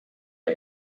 der